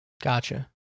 Gotcha